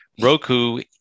Roku